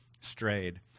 strayed